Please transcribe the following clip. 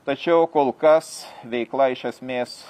tačiau kol kas veikla iš esmės